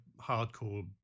hardcore